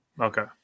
Okay